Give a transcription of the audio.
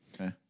Okay